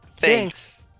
Thanks